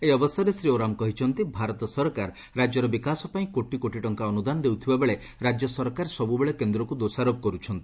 ଏହି ଅବସରରେ ଶ୍ରୀ ଓରାମ୍ କହିଛନ୍ତି ଭାରତ ସରକାର ରାଜ୍ୟର ବିକାଶ ପାଇଁ କୋଟି କୋଟି ଟଙ୍ଙା ଅନୁଦାନ ଦେଉଥିବା ବେଳେ ରାଜ୍ୟ ସରକାର ସବୁବେଳେ କେନ୍ଦ୍ରକୁ ଦୋଷାରୋପ କରୁଛନ୍ତି